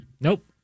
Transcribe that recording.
Nope